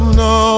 no